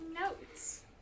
notes